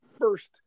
first